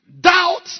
Doubt